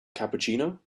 cappuccino